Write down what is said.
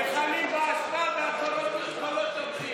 המכלים באשפה והקולות, לא תומכים.